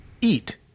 eat